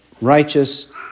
righteous